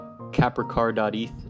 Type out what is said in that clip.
Capricar.eth